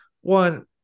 one